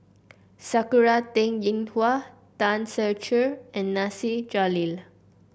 Sakura Teng Ying Hua Tan Ser Cher and Nasir Jalil